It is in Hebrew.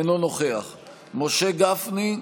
אינו נוכח משה גפני,